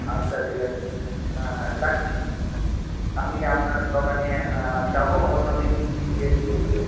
আচ্ছা ঠিক আছে রাখছি আমি আপনার দোকানে যাব অন্যদিন গিয়ে দেখব